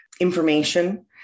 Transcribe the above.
information